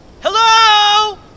Hello